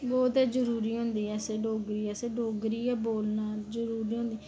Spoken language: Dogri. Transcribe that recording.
बहुत गै जरूरी होंदी असें डोगरी असें डोगरी गै बोलना जरूरी होंदी